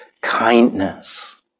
kindness